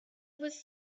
was